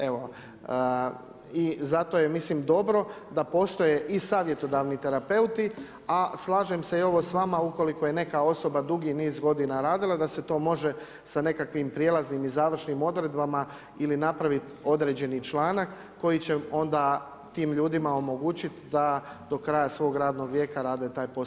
Evo, i zato je mislim dobro da postoje i savjetodavni terapeuti a slažem se i ovo s vama ukoliko je neka osoba dugi niz godina radila da se to može sa nekakvim prijelaznim i završnim odredbama ili napraviti određeni članak koji će onda tim ljudima omogućiti da do kraja svog radnog vijeka rade taj posao koji su radili.